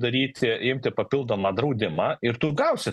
daryti imti papildomą draudimą ir tu gausi